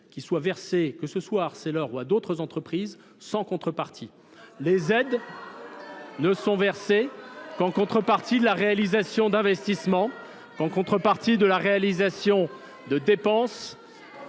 qui soit versée, que ce soit à Arcelor ou à d'autres entreprises, sans contrepartie. Les aides ne sont versées qu'en contrepartie de la réalisation d'investissements, qu'en contrepartie de la réalisation de dépenses,